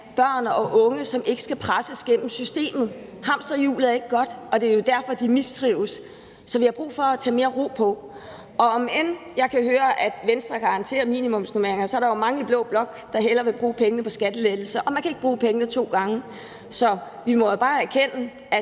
børn og unge, som ikke skal presses igennem systemet. Hamsterhjulet er ikke godt, og det er jo derfor, de mistrives. Så vi har brug for at få mere ro på, og om end jeg kan høre, at Venstre garanterer minimumsnormeringer, så er der jo mange i blå blok, der hellere vil bruge pengene på skattelettelser, og man kan ikke bruge pengene to gange. Så vi må jo bare erkende,